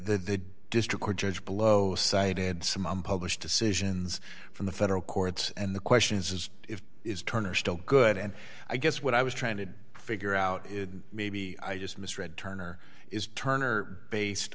the district court judge below cited some on published decisions from the federal courts and the question is is it is turner still good and i guess what i was trying to figure out is maybe i just misread turner is turner based